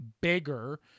bigger